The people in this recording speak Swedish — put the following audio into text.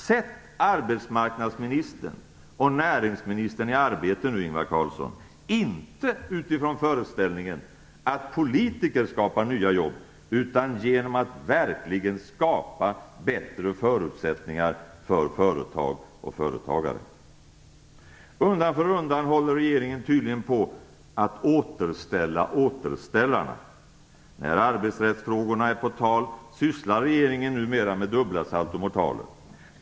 Sätt arbetsmarknadsministern och näringsministern i arbete nu, Ingvar Carlsson, inte utifrån föreställningen att politiker skapar nya jobb utan genom att verkligen skapa bättre förutsättningar för företag och företagare. Undan för undan håller regeringen tydligen på att återställa återställarna. När arbetsrättsfrågorna är på tal sysslar regeringen numera med dubbla saltomortaler.